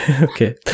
Okay